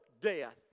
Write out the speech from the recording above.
death